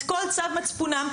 את כל צו מצפונם,